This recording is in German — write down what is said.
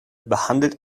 behandelt